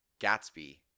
gatsby